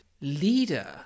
leader